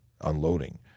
unloading